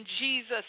Jesus